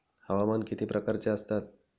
हवामान किती प्रकारचे असतात?